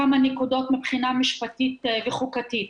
כמה נקודות מבחינה משפטית וחוקתית.